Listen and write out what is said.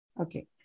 Okay